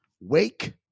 wake